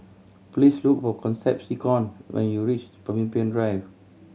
please look for Concepcion when you reach Pemimpin Drive